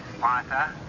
Martha